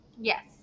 yes